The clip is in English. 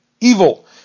evil